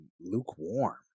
lukewarm